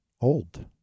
old